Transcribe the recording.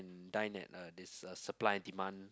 dine at uh this Supply and Demand